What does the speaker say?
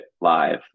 live